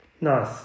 Nice